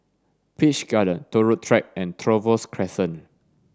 Peach Garden Turut Track and Trevose Crescent